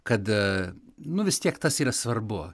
kad nu vis tiek tas yra svarbu